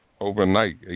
overnight